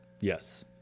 Yes